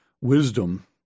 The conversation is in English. wisdom